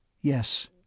Yes